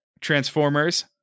transformers